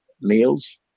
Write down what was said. meals